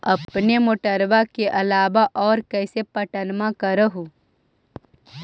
अपने मोटरबा के अलाबा और कैसे पट्टनमा कर हू?